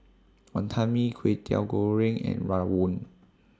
Wantan Mee Kwetiau Goreng and Rawon